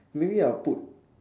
maybe I'll put